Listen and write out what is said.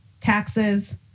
taxes